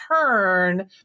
turn